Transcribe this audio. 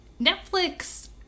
Netflix